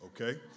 okay